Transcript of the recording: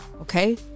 okay